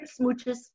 smooches